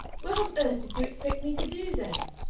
what on earth did you expect me to do, then?